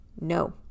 No